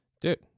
Dude